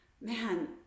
man